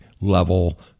level